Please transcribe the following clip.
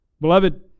Beloved